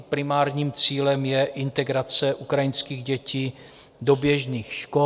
Primárním cílem je integrace ukrajinských dětí do běžných škol.